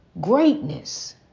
greatness